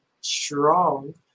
strong